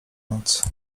noc